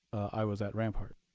i was at rampart.